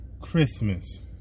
Christmas